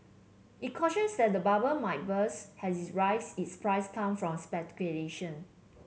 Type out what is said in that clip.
it cautions that the bubble burst has its rise is price come from speculation